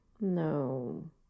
No